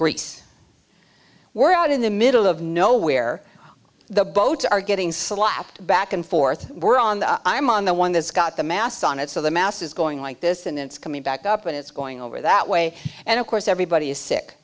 greece we're out in the middle of nowhere the boats are getting slapped back and forth we're on the i'm on the one that's got the mast on it so the mast is going like this and it's coming back up and it's going over that way and of course everybody is sick